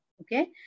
okay